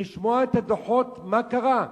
לשמוע את הדוחות, מה קרה.